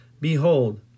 Behold